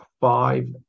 five